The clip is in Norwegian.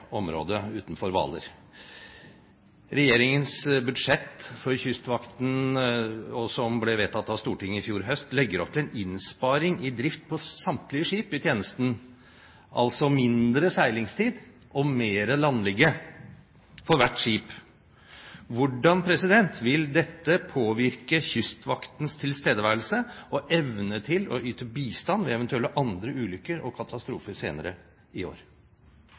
området utenfor Hvaler. Regjeringens budsjett for Kystvakten, som ble vedtatt av Stortinget i fjor høst, legger opp til en innsparing i drift på samtlige skip i tjenesten, altså mindre seilingstid og mer landligge for hvert skip. Hvordan vil dette påvirke Kystvaktens tilstedeværelse og evne til å yte bistand ved eventuelle andre ulykker og katastrofer senere i år?